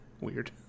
Weird